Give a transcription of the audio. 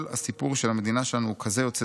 כל הסיפור של המדינה שלנו הוא כזה יוצא